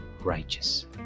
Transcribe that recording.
righteous